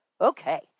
Okay